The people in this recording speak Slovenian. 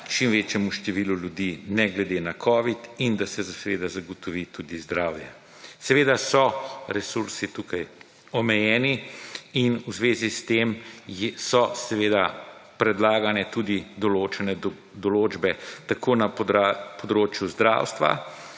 čim večjemu številu ljudi, ne glede na Covid in da se seveda zagotovi tudi zdravje. Seveda so resursi tukaj omejeni in v zvezi s tem so seveda predlagane tudi določene določbe, tako na področju zdravstva,